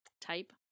type